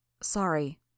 Sorry